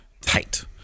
Tight